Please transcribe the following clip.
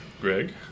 Greg